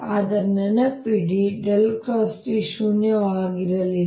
ಆದರೆ ನೆನಪಿಡಿ D ಶೂನ್ಯವಾಗಿರಲಿಲ್ಲ